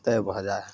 तय भऽ जाइ हइ